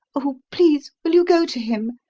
oh, please will you go to him?